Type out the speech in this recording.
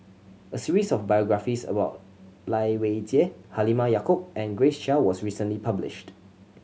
a series of biographies about Lai Weijie Halimah Yacob and Grace Chia was recently published